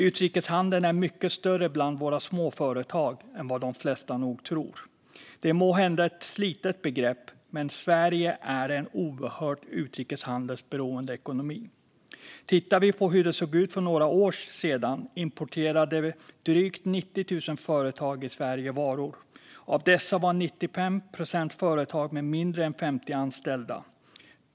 Utrikeshandeln är mycket större bland våra småföretag än vad de flesta nog tror. Det är måhända ett slitet begrepp, men Sverige är en oerhört utrikeshandelsberoende ekonomi. Vi kan titta på hur det såg ut för några år sedan. Drygt 90 000 företag i Sverige importerade varor. Av dessa var 95 procent företag med mindre än 50 anställda.